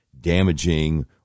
damaging